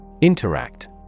Interact